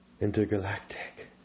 intergalactic